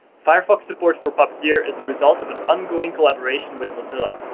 firefox support for puppeteer is a result of an ongoing collaboration with mozilla.